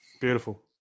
Beautiful